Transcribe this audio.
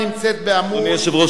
אדוני היושב-ראש,